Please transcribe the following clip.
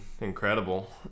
incredible